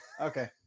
Okay